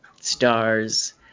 Stars